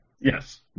Yes